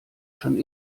schon